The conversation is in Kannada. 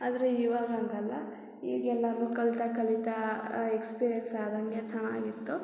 ಆದರೆ ಇವಾಗ ಹಾಗಲ್ಲ ಈಗ ಎಲ್ಲನೂ ಕಲಿತ ಕಲೀತಾ ಎಕ್ಸ್ಪೀರಿಯನ್ಸ್ ಆದಂಗೆ ಚೆನ್ನಾಗಿತ್ತು